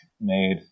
made